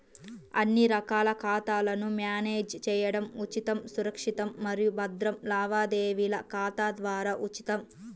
అన్ని రకాల ఖాతాలను మ్యానేజ్ చేయడం ఉచితం, సురక్షితం మరియు భద్రం లావాదేవీల ఖాతా ద్వారా ఉచితం